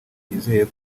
yizeye